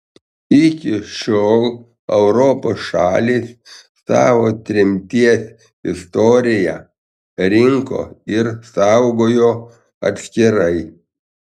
iki šiol europos šalys savo tremties istoriją rinko ir saugojo atskirai